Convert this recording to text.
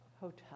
Hotel